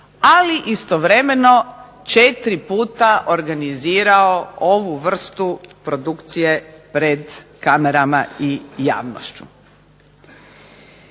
Ali istovremeno 4 puta organizirao ovu vrstu produkcije pred kamerama i javnošću.